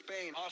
Spain